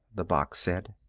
the box said.